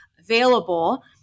available